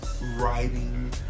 writing